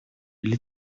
или